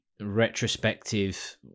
Retrospective